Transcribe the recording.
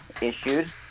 issued